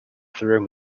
through